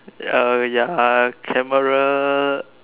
uh ya camera